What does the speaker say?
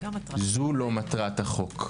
זו לא מטרת החוק.